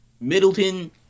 Middleton